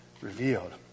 revealed